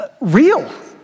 real